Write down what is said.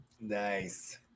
Nice